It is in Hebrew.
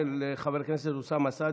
של חבר הכנסת אוסאמה סעדי,